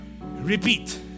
repeat